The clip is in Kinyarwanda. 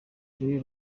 julia